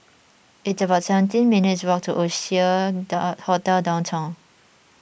it's about seventeen minutes' walk to Oasia Hotel Downtown